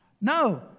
No